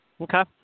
okay